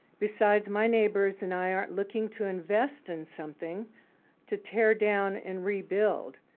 besides, my neighbors and i aren't looking to invest in something to tear down and rebuild.